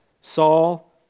Saul